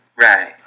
Right